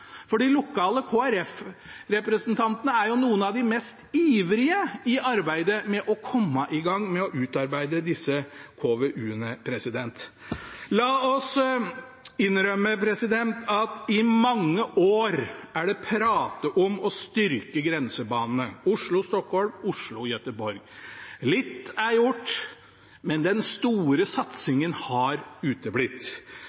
for de lokale Kristelig Folkeparti-representantene er av de mest ivrige i arbeidet med å komme i gang med å utarbeide disse KVU-ene. La oss innrømme at i mange år er det pratet om å styrke grensebanene, Oslo–Stockholm og Oslo–Göteborg. Litt er gjort, men den store